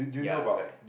ya correct